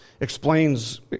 explains